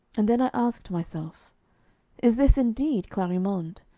and then i asked myself is this indeed clarimonde?